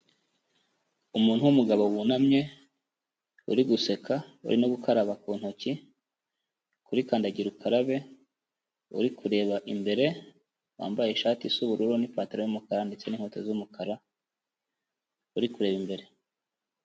Umuntu w'umugabo wunamye, uri guseka, uri no gukaraba ku ntoki, kuri kandagira ukarabe, uri kureba imbere, wambaye ishati isa ubururu n'ipataro y'umukara ndetse n'inkweta z'umukara uri kureba imbere.